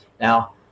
now